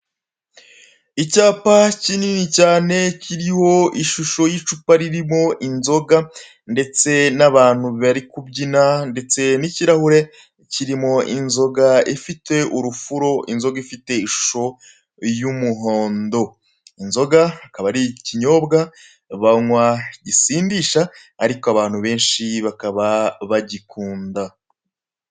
Icyapa kinini cyane, kiriho ishusho y'icupa ririmo inzoga ndetse n'abantu bari kubyina ndetse n'ikirahuri kirimo inzoga ifite urufuro, inzoga ifite ishusho y'umuhondo. Inzoga akaba ari ikinyobwa banywa gisindisha ariko abantu benshi bakaba bagikunda.